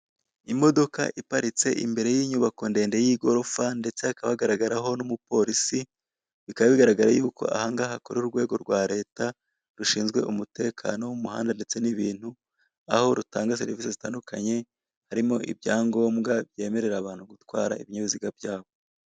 Imodoka iparitse imbere y'inyubako ndende y'igorofa ndetse hakaba hagaragaraho n'umupolisi, bikaba bigaragara yuko aha ngaha hakorera urwego rwa leta rushinzwe umutekano wo mu muhanda ndetse n'ibintu, aho rutanga serivise zitandukanye harimo ibyangombwa byemerera abantu gutwara ibinyabiziga byabo.